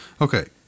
Okay